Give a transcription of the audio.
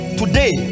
today